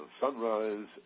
Sunrise